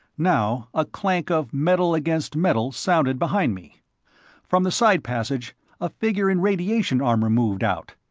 now a clank of metal against metal sounded behind me from the side passage a figure in radiation armor moved out.